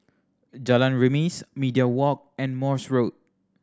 Jalan Remis Media Walk and Morse Road